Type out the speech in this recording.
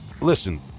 listen